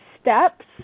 steps